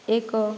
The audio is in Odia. ଏକ